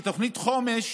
שתוכנית חומש,